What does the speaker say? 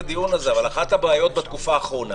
הדיון הזה אבל אחת הבעיות בתקופה האחרונה